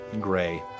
gray